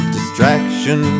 Distraction